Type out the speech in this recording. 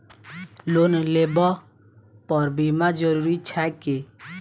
Loan लेबऽ पर बीमा जरूरी छैक की?